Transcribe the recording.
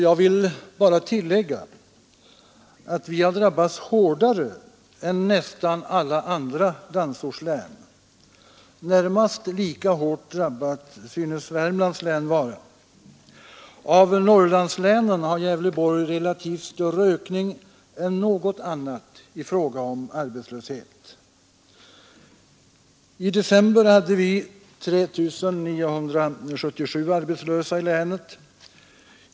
Jag vill bara tillägga att vi har drabbats hårdare än nästan alla andra landsortslän. Närmast lika hårt drabbat synes Värmlands län vara. Av Norrlandslänen har Gävleborgs län relativt större ökning av arbetslösheten än något annat. I december hade vi 3 977 arbetslösa i länet.